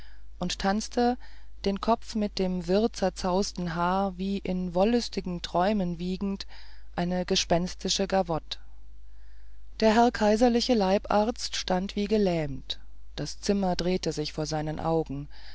und tanzte den kopf mit dem wirr zerzausten haar wie in wollüstigen träumen wiegend eine gespenstische gavotte der herr kaiserliche leibarzt stand wie gelähmt das zimmer drehte sich vor seinen augen